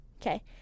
Okay